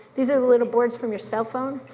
these are little boards from your cellphone.